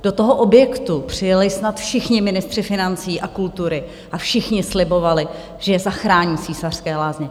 Do toho objektu přijeli snad všichni ministři financí a kultury a všichni slibovali, že zachrání Císařské lázně.